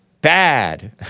bad